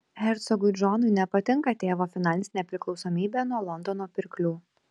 hercogui džonui nepatinka tėvo finansinė priklausomybė nuo londono pirklių